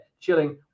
chilling